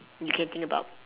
you can think about